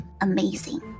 amazing